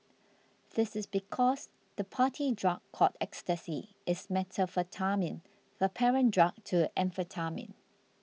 this is because the party drug called Ecstasy is methamphetamine the parent drug to amphetamine